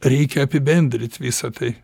reikia apibendrit visa tai